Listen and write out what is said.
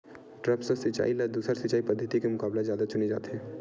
द्रप्स सिंचाई ला दूसर सिंचाई पद्धिति के मुकाबला जादा चुने जाथे